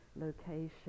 location